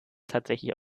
tatsächlich